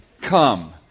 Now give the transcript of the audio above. Come